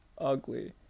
ugly